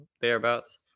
thereabouts